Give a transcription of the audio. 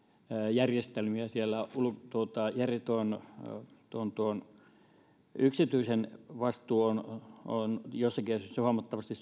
järjestelmiä siellä yksityisen vastuu on on joissakin asioissa huomattavasti